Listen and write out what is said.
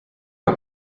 que